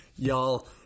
Y'all